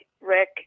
Rick